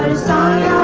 sai